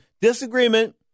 disagreement